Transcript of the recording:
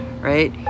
Right